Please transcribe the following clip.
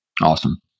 Awesome